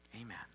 Amen